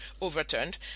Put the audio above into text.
overturned